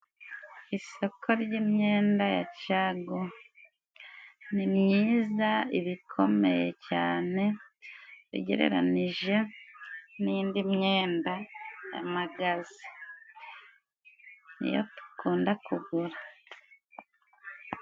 Isoko ry'imyenda ya caguwa, ni myiza, iba ikomeye cyane, ugereranije n'indi myenda ya magaze. Ni yo dukunda kugura.